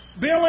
Bill